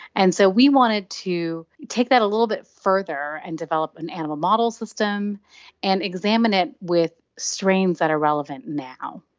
and so we wanted to take that little bit further and develop an animal model system and examine it with strains that are relevant now.